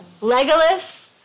Legolas